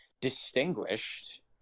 distinguished